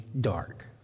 dark